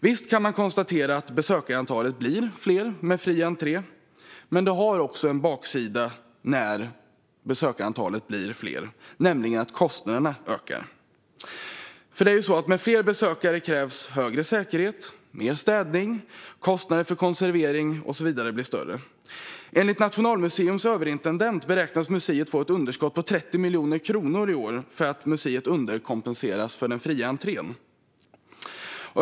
Visst kan man konstatera att besökarantalet blir större med fri entré, men det har också en baksida, nämligen att kostnaderna ökar. Med fler besökare krävs högre säkerhet och mer städning, och kostnader för konservering och så vidare blir högre. Enligt Nationalmuseums överintendent beräknas museet få ett underskott på 30 miljoner kronor i år därför att museet underkompenseras för den fria entrén.